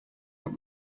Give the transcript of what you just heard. that